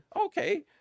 Okay